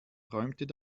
träumt